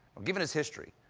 given his history,